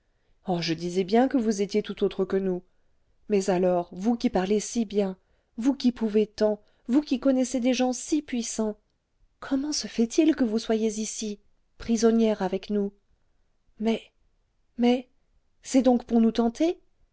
oh je disais bien que vous étiez tout autre que nous mais alors vous qui parlez si bien vous qui pouvez tant vous qui connaissez des gens si puissants comment se fait-il que vous soyez ici prisonnière avec nous mais mais c'est donc pour nous tenter